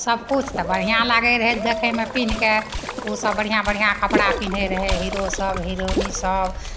सबकिछु तऽ बढ़िआँ लागै रहै देखैमे पिन्हिके ओसभ बढ़िआँ बढ़िआँ कपड़ा पिन्है रहै हीरोसभ हिरोइनसभ